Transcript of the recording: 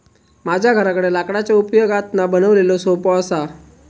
माझ्या घराकडे लाकडाच्या उपयोगातना बनवलेलो सोफो असा